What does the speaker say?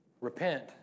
Repent